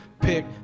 pick